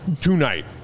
tonight